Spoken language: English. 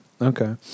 Okay